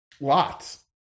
Lots